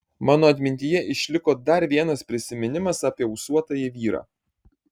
mano atmintyje išliko dar vienas prisiminimas apie ūsuotąjį vyrą